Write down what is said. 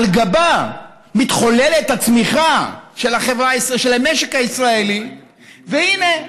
על גבה מתחוללת הצמיחה של המשק הישראלי והינה,